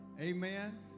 Amen